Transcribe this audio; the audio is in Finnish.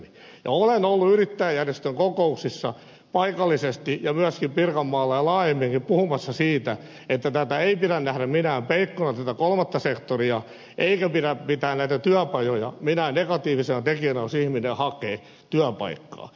olen ollut yrittäjäjärjestön kokouksissa paikallisesti ja myöskin pirkanmaalla ja laajemminkin puhumassa siitä että tätä kolmatta sektoria ei pidä nähdä minään peikkona eikä pidä pitää näitä työpajoja minään negatiivisena tekijänä jos ihminen hakee työpaikkaa